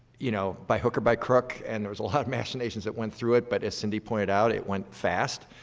you know by hook or by crook, and there was a lot of machinations that went through it, but as cindy pointed out, it went fast,